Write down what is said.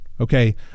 Okay